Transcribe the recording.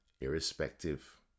irrespective